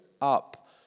up